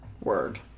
Word